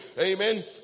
Amen